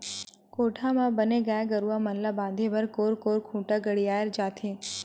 कोठा म बने गाय गरुवा मन ल बांधे बर कोरे कोर खूंटा गड़ियाये जाथे